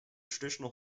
traditional